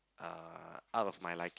uh out of my liking